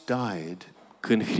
died